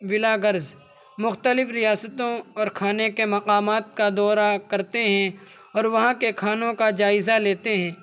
bloggers مختلف ریاستوں اور کھانے کے مقامات کا دورہ کرتے ہیں اور وہاں کے کھانوں کا جائزہ لیتے ہیں